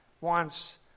wants